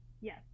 Yes